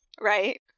Right